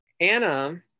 Anna